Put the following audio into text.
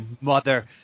mother